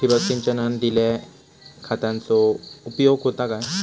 ठिबक सिंचनान दिल्या खतांचो उपयोग होता काय?